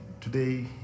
today